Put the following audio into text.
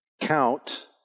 Count